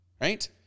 right